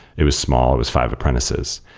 it was small. it was five apprentices.